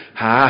ha